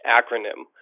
acronym